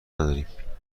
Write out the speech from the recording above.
نداریم